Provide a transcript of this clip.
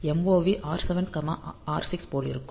MOV R7 R6 போலிருக்கும்